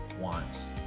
wants